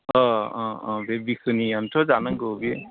अ अ अ अ बे बिखनियानोथ' जानांगौ बे